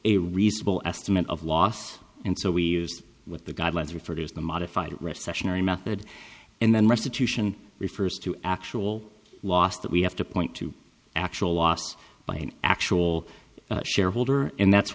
a reasonable estimate of loss and so we use with the guidelines referred to as the modified recessionary method and then restitution refers to actual loss that we have to point to actual loss by an actual shareholder and that's